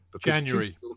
January